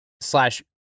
slash